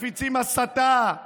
מפיצים הסתה,